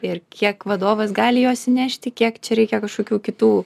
ir kiek vadovas gali jos įnešti kiek čia reikia kažkokių kitų